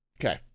Okay